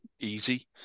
easy